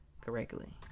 correctly